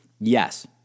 yes